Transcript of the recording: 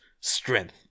strength